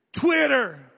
Twitter